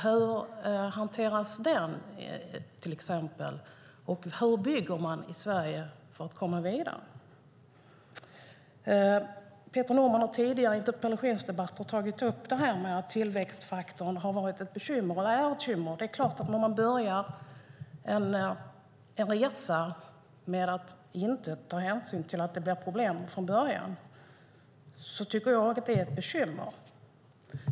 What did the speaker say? Hur hanteras den, och hur bygger man i Sverige för att komma vidare? Peter Norman har i tidigare interpellationsdebatter tagit upp att tillväxtfaktorn har varit och är ett bekymmer. Det är klart att när man börjar en resa med att inte ta hänsyn till att det blir problem från början, då blir det bekymmer.